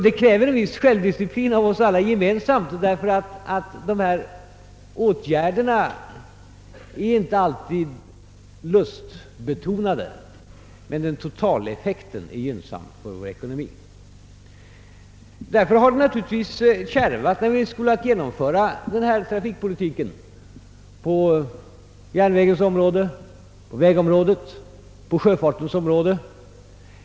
Detta kräver alltså en viss självdisciplin av oss alla gemensamt, ty dessa åtgärder är inte alltid lustbetonade, medan däremot totaleffekten är gynnsam för vår ekonomi. Därför har det naturligtvis kärvat när vi haft att genomföra denna trafikpolitik på järnvägens område, på vägområdet och på sjöfartens område.